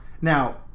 Now